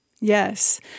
Yes